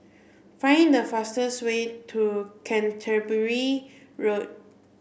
find the fastest way to Canterbury Road